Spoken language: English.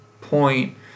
point